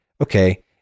okay